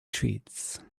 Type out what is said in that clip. treats